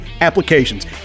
applications